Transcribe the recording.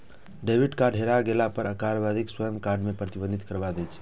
debit card हेरा गेला पर कार्डधारक स्वयं कार्ड कें प्रतिबंधित करबा दै छै